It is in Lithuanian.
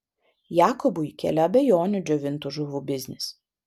jakobui kėlė abejonių džiovintų žuvų biznis